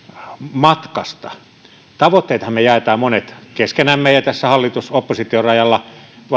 matkasta tavoitteitahan me jaamme monet keskenämme ja tässä hallitus oppositio rajalla